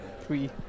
three